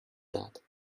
that